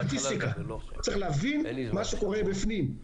סטטיסטיקה, צריך להבין מה שקורה בפנים.